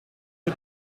für